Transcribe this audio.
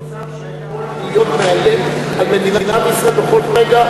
מצב חירום הוא מצב שיכול להיות מאיים על מדינת ישראל בכל רגע,